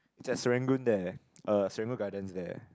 it's at Serangoon there uh Serangoon-Gardens there